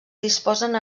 disposen